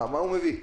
מה הוא מביא?